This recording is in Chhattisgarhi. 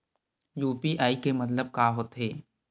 यू.पी.आई के मतलब का होथे?